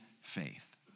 faith